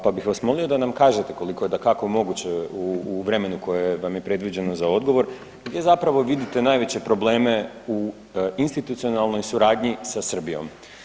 Pa bih vas molio da nam kažete ukoliko je dakako moguće u vremenu koje vam je predviđeno za odgovor, gdje zapravo vidite najveće probleme u institucionalnoj suradnji sa Srbijom?